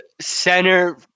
center